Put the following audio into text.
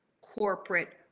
corporate